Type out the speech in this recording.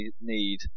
need